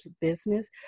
business